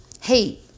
Hey